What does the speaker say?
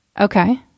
Okay